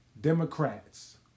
Democrats